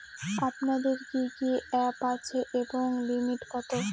আপনাদের কি কি অ্যাপ আছে এবং লিমিট কত?